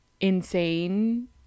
insane